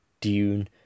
dune